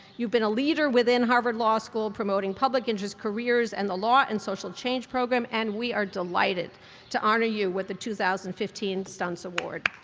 you've been a leader within harvard law school promoting public interest careers and the law and social change program, and we are delighted to honor you with the two thousand and fifteen stuntz award.